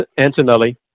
Antonelli